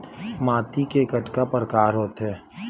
माटी के कतका प्रकार होथे?